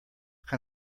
can